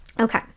Okay